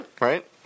Right